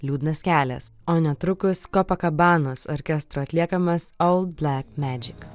liūdnas kelias o netrukus orkestro atliekamas